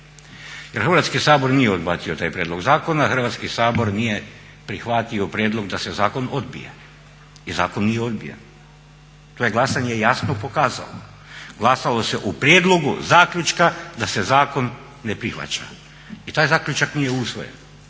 Jer Hrvatski sabor nije odbacio taj prijedlog zakona, Hrvatski sabor nije prihvatio prijedlog da se zakon odbije i zakon nije odbijen. To je glasanje jasno pokazalo. Glasalo se o prijedlogu zaključka da se zakon ne prihvaća. I taj zaključak nije usvojen.